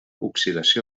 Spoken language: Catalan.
oxidació